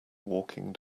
walking